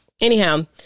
Anyhow